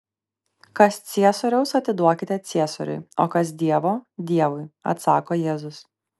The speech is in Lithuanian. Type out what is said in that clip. kas ciesoriaus atiduokite ciesoriui o kas dievo dievui atsako jėzus